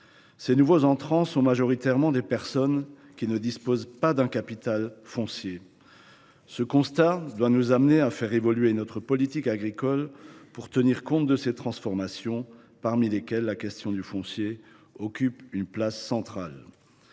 Les nouveaux entrants sont majoritairement des personnes qui ne disposent pas d’un capital foncier. Ce constat doit nous amener à faire évoluer notre politique agricole pour tenir compte des transformations en cours, parmi lesquelles la question du foncier occupe une place centrale.